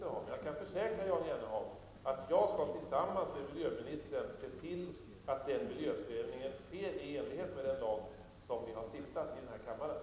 Jag kan emellertid försäkra Jan Jennehag om att jag tillsammans med miljöministern skall se till att den miljöprövningen sker i enlighet med den lag vi har stiftat i den här kammaren.